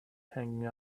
hanging